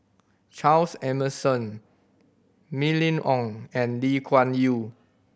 Charles Emmerson Mylene Ong and Lee Kuan Yew